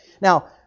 Now